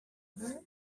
number